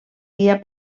guia